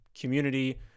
community